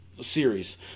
series